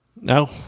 no